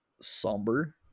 somber